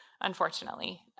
unfortunately